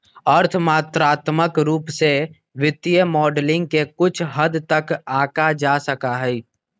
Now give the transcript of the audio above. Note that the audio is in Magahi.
अर्थ मात्रात्मक रूप से वित्तीय मॉडलिंग के कुछ हद तक आंका जा सका हई